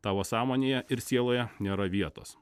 tavo sąmonėje ir sieloje nėra vietos